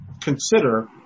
consider